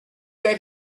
that